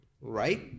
Right